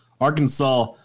Arkansas